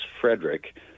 Frederick